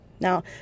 Now